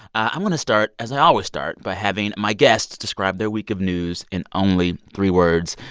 i'm going to start as i always start by having my guests describe their week of news in only three words.